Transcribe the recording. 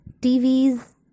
TVs